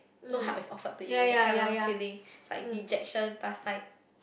no help is offered to you that kind of a feeling it's like dejection plus like